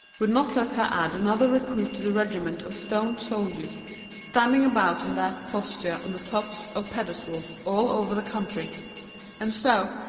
would not let her add another recruit to the regiment of stone soldiers standing about in that posture on the tops of pedestals all over the country and so,